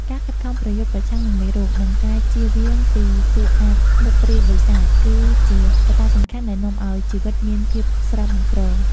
ការខិតខំប្រយុទ្ធប្រឆាំងនឹងមេរោគ និងការជៀសវាងពីពួកអាបធ្មប់ព្រាយបិសាច គឺជាកត្តាសំខាន់ដែលនាំឱ្យជីវិតមានភាពស្រស់បំព្រង។